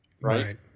Right